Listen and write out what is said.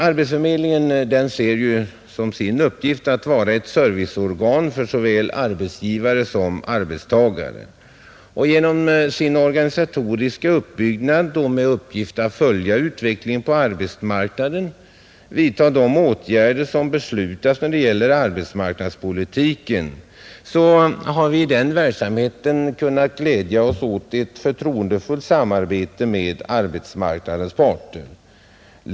Arbetsförmedlingen ser ju som sin uppgift att vara ett serviceorgan för såväl arbetsgivare som arbetstagare, och genom arbetsförmedlingens organisatoriska uppbyggnad och med uppgift att följa utvecklingen på arbetsmarknaden samt vidta de åtgärder som beslutas när det gäller arbetsmarknadspolitiken har vi i den verksamheten kunnat glädja oss åt ett förtroendefullt samarbete med arbetsmarknadens parter.